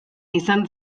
izan